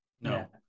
No